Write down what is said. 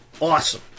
awesome